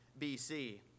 BC